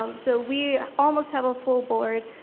um so we almost have a full board.